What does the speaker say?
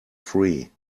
free